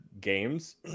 games